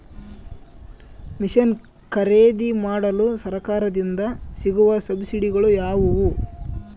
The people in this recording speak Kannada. ಮಿಷನ್ ಖರೇದಿಮಾಡಲು ಸರಕಾರದಿಂದ ಸಿಗುವ ಸಬ್ಸಿಡಿಗಳು ಯಾವುವು?